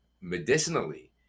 medicinally